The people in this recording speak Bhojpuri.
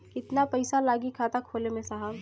कितना पइसा लागि खाता खोले में साहब?